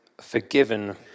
forgiven